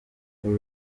uru